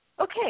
okay